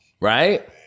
Right